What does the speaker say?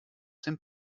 dem